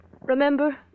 Remember